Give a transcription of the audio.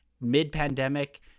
mid-pandemic